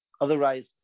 Otherwise